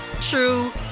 true